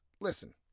listen